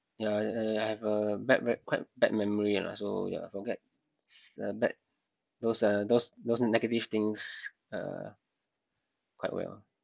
ya ya ya I have a bad me~ quite bad memory lah so ya I forget s~ uh bad those uh those those negative things uh quite well